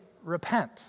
repent